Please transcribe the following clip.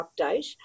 update